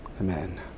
Amen